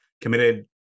committed